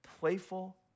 Playful